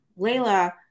Layla